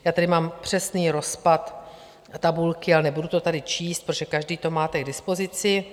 Já tady mám přesný rozpad tabulky, ale nebudu to tady číst, protože každý to máte k dispozici.